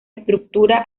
estructura